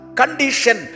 condition